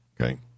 okay